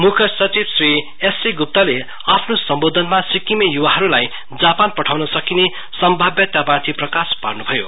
मुख्य सचिव श्री एससी गुप्ताले आफ्नो सम्बोधनमा सिक्किमे युवाहरुलाई जापान पठाउन सकिने सम्भाव्यनामाथि प्रकाश पार्न् भयो